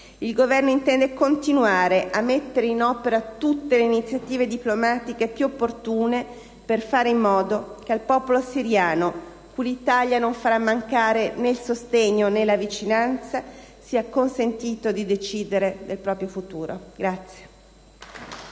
il Governo intende continuare a mettere in opera tutte le iniziative diplomatiche più opportune per fare in modo che al popolo siriano, cui l'Italia non farà mancare né il sostegno, né la vicinanza, sia consentito di decidere del proprio futuro.